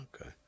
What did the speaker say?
Okay